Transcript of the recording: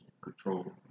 control